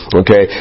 okay